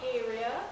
area